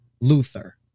Luther